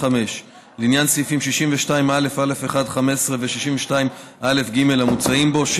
(5) לעניין סעיפים 62א(א1)(15) ו-62א(ג) המוצעים בו,